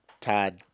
Todd